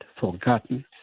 forgotten